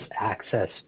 access